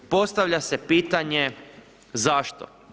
Postavlja se pitanje zašto?